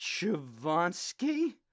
Chavonsky